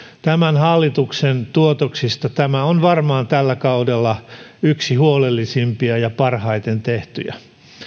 tämän hallituksen tuotoksista tämä on varmaan tällä kaudella yksi huolellisimpia ja parhaiten tehtyjä